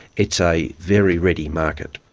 it's a very ready market.